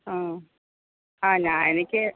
ആ ആ ഞാൻ എനിക്ക്